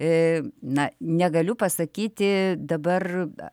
na negaliu pasakyti dabar